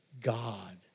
God